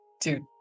Dude